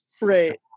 right